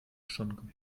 schon